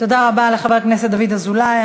תודה רבה לחבר הכנסת דוד אזולאי.